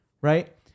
right